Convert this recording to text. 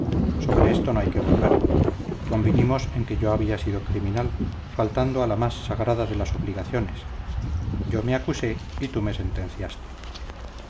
sobre esto no hay que volver convinimos en que yo había sido criminal faltando a la más sagrada de las obligaciones yo me acusé y tú me sentenciaste